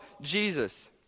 Jesus